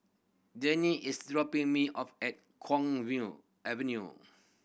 Journey is dropping me off at Kwong View Avenue